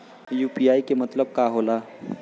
UPI के मतलब का होला?